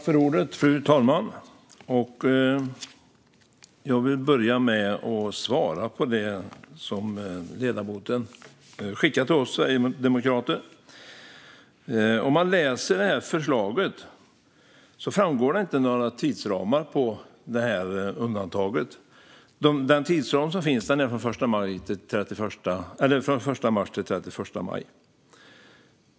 Fru talman! Jag vill börja med att svara på det som ledamoten skickade till oss sverigedemokrater. I förslaget framgår det inte några tidsramar för undantaget. Den tidsram som finns är från den 1 mars till den 31 maj.